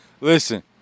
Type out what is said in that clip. listen